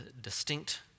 distinct